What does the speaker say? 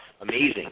amazing